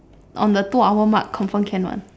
on the two hour mark confirm can [one]